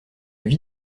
vie